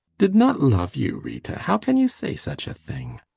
did not love you, rita? how can you say such a thing!